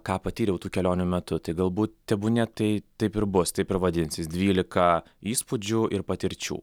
ką patyriau tų kelionių metu tai galbūt tebūnie tai taip ir bus taip ir vadinsis dvylika įspūdžių ir patirčių